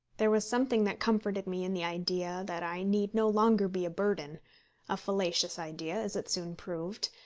there was something that comforted me in the idea that i need no longer be a burden a fallacious idea, as it soon proved.